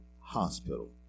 Hospital